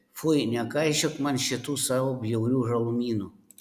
fui nekaišiok man šitų savo bjaurių žalumynų